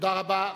תודה רבה.